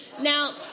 Now